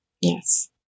Yes